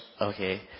Okay